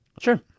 Sure